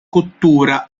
cottura